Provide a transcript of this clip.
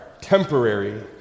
temporary